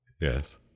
Yes